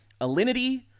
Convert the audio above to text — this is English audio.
Alinity